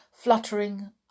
fluttering